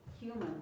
humans